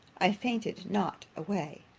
i fainted not away.